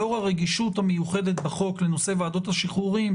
לאור הרגישות המיוחדת בחוק לנושא ועדות השחרורים,